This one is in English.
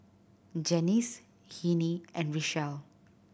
Janice Hennie and Richelle